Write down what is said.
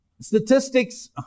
statistics